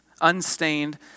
unstained